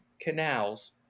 canals